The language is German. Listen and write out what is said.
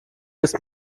ist